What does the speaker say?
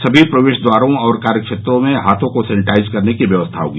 समी प्रवेश द्वारों और कार्य क्षेत्रों में हाथ को सेनेटाइज करने की व्यवस्था होगी